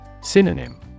Synonym